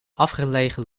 afgelegen